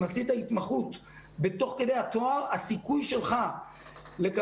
אם עשית התמחות תוך כדי התואר הסיכוי שלך לעסוק